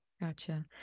Gotcha